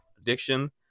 addiction